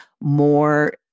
more